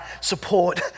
support